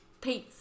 Peace